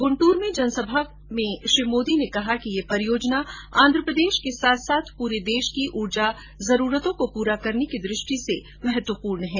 गुंदूर में जनसभा में श्री मोदी ने कहा कि यह परियोजना आंधप्रदेश के साथ साथ पूरे देश की ऊर्जा आवश्यकताओं को पूरा करने की दृष्टि से महत्वपूर्ण है